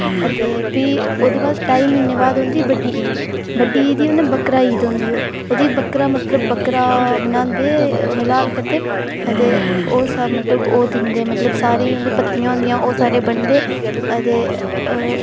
अदे भी ओह्दे बाद ढाई म्हीने बाद औंदी बड्डी ईद बड्डी ईद होंदी बकरा ईद होंदी ओह् ओह्दी बकरा बनांदे उसी लहाल करदे दे ओह् सब मतलब ओह् दिंदे ते मतलब सारी उंदियां पतलियां होंदियां बनदे अदे